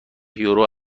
یورو